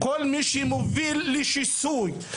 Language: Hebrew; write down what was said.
כל מי שמוביל לשיסוי,